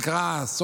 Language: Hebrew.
ולצערנו קרה האסון,